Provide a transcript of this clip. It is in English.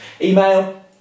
Email